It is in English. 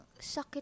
sakit